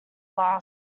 last